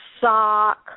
sock